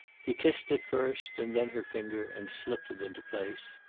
he kissed it first and then her finger, and slipped it into place.